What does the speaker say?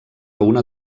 una